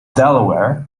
delaware